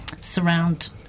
surround